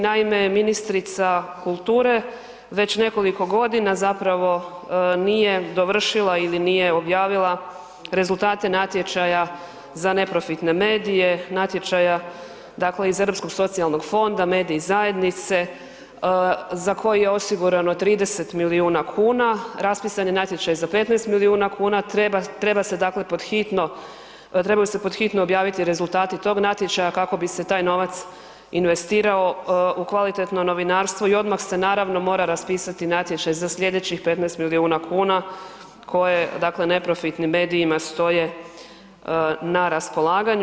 Naime, ministrica kulture već nekoliko godina zapravo nije dovršila ili nije objavila rezultate natječaja za neprofitne medije, natječaja dakle iz Europskog socijalnog fonda, mediji zajednice, za koji je osigurano 30 miliona kuna, raspisan je natječaj za 15 miliona kuna, treba se dakle pod hitno, trebaju se pod hitno objaviti rezultati tog natječaja kako bi se taj novac investirao u kvalitetno novinarstvo i odmah se naravno mora raspisati natječaj za slijedećih 15 miliona kuna, koje dakle neprofitnim medijima stoje na raspolaganju.